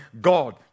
God